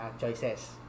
choices